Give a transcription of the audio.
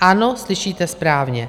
Ano, slyšíte správně.